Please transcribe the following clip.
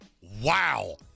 wow